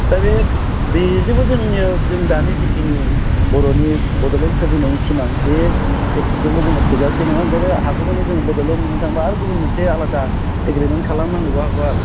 दा बे बिजोंबो जोंनिया जों दानि जिखिनि बर'नि बड'लेण्ड सोरजिनायनि सिमां बे एकर्डजोंनो जोङो थोजासे नङा ओंखायनो हागौमानि जोङो बड'लेण्ड बिनो थांबा आरो गुबुन मोनसे आलादा एग्रिमेन्ट खालामनांनोबो हागौ आरो